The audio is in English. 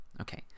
Okay